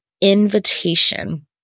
invitation